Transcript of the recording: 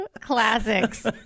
Classics